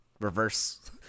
reverse